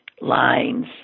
lines